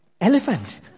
elephant